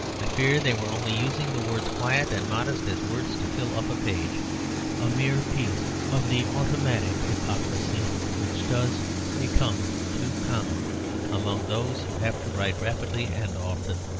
i fear they were only using the words quiet and modest as words to fill up a page a mere piece of the automatic hypocrisy which does become too common among those who have to write rapidly and often.